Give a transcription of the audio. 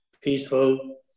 peaceful